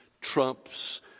trumps